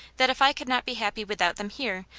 that if i could not be happy without them here,